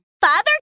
Father